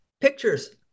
Pictures